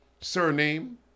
Surname